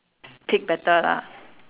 pig better lah